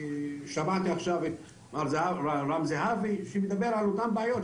שמעתי עכשיו את רם זהבי שמדבר על אותן בעיות,